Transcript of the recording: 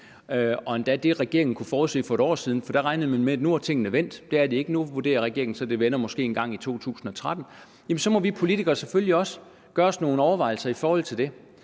end det, som regeringen kunne forudse for et år siden, for da regnede man med, at nu var tingene vendt, men det er de ikke, og nu vurderer regeringen, at det måske vender engang i 2013 – at så må vi politikere selvfølgelig også gøre os nogle overvejelser. En af de